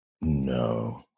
no